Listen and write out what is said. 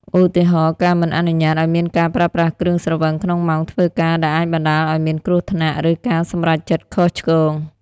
ឧទាហរណ៍ ការមិនអនុញ្ញាតឱ្យមានការប្រើប្រាស់គ្រឿងស្រវឹងក្នុងម៉ោងធ្វើការ ដែលអាចបណ្ដាលឱ្យមានគ្រោះថ្នាក់ ឬការសម្រេចចិត្តខុសឆ្គង។